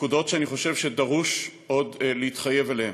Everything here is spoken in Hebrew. נקודות שאני חושב שדרוש עוד להתחייב עליהן: